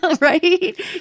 right